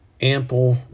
ample